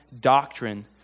doctrine